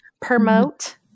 promote